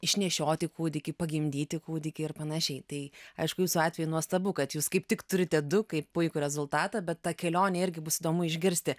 išnešioti kūdikį pagimdyti kūdikį ir panašiai tai aišku jūsų atveju nuostabu kad jūs kaip tik turite du kaip puikų rezultatą bet ta kelionė irgi bus įdomu išgirsti